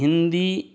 Hindi